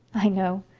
i know.